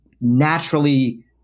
naturally